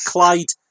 Clyde